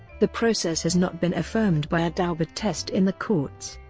the process has not been affirmed by a daubert test in the courts.